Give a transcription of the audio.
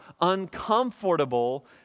uncomfortable